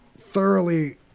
thoroughly